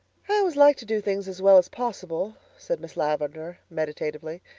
i always like to do things as well as possible, said miss lavendar meditatively,